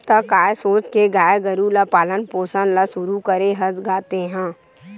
त काय सोच के गाय गरु के पालन पोसन ल शुरू करे हस गा तेंहा?